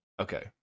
Okay